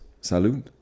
Salut